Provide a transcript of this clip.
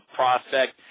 prospect